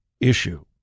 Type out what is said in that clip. issue